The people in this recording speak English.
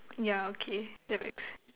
yeah okay that makes